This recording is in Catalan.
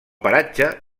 paratge